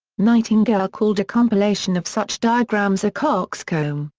nightingale called a compilation of such diagrams a coxcomb,